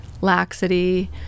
laxity